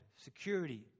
security